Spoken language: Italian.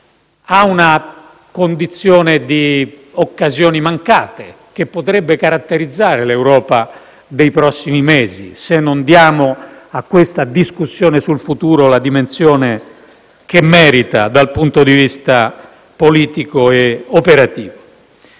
ad una condizione di occasioni mancate che, potrebbe caratterizzare l'Europa dei prossimi mesi, se non diamo alla discussione sul futuro la dimensione che merita dal punto di vista politico e operativo.